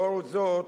לאור זאת